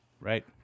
Right